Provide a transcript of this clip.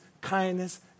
kindness